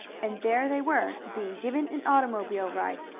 and there they were, being given an automobile ride,